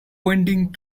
pointing